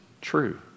true